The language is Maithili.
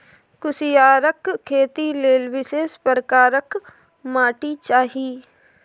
कुसियारक खेती लेल विशेष प्रकारक माटि चाही